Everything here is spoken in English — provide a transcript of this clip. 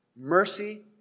Mercy